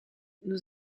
nous